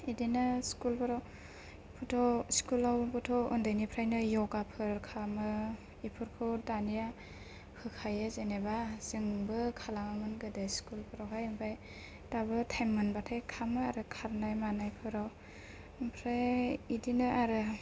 बिदिनो स्कुल फोराव थ' स्कुलावबोथ' ओन्दैनिफ्रायनो य'गा फोर खालामो बिफोरखौ दानिया होखायो जेनोबा जोंबो खालामोमोन गोदो स्कुल फोरावहाय ओमफ्राय दाबो टाइम मोनबाथाय खामो आरो खारनाय मानायफोराव ओमफ्राय बिदिनो आरो